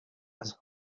has